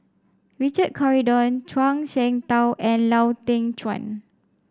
Richard Corridon Zhuang Shengtao and Lau Teng Chuan